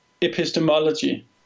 epistemology